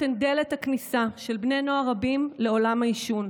הן דלת הכניסה של בני נוער רבים לעולם העישון.